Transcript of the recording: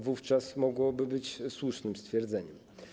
Wówczas to mogłoby być słusznym stwierdzeniem.